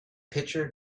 pitcher